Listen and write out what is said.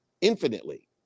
infinitely